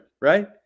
right